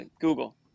Google